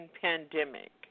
pandemic